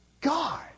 God